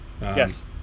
Yes